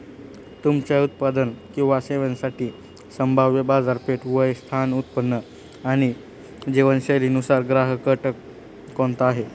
तुमच्या उत्पादन किंवा सेवांसाठी संभाव्य बाजारपेठ, वय, स्थान, उत्पन्न आणि जीवनशैलीनुसार ग्राहकगट कोणता आहे?